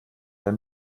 der